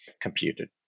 computed